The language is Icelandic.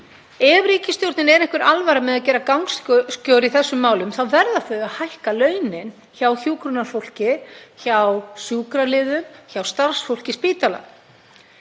Ef ríkisstjórninni er einhver alvara með að gera gangskör í þessum málum þá verða þau að hækka launin hjá hjúkrunarfólki, hjá sjúkraliðum, hjá starfsfólki spítala.